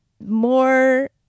more